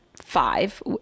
five